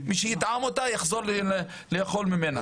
מי שיטעם אותה יחזור לאכול ממנה.